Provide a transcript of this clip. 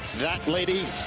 that lady,